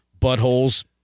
Buttholes